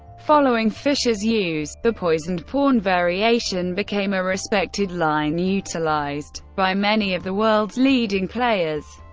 following fischer's use, the poisoned pawn variation became a respected line, utilized by many of the world's leading players.